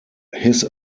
his